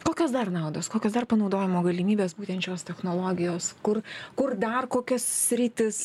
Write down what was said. kokios dar naudos kokios dar panaudojimo galimybės būtent šios technologijos kur kur dar kokias sritis